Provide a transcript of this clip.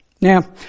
Now